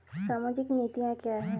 सामाजिक नीतियाँ क्या हैं?